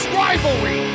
rivalry